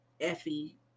Effie